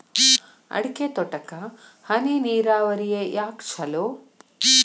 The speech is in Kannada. ಅಡಿಕೆ ತೋಟಕ್ಕ ಹನಿ ನೇರಾವರಿಯೇ ಯಾಕ ಛಲೋ?